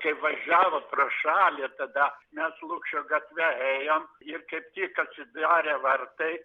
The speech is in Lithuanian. kai važiavo pro šalį tada mes lukšio gatve ėjom ir kaip tik atsidarė vartai